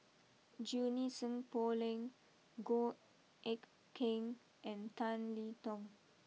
Junie Sng Poh Leng Goh Eck Kheng and Tan Li Tong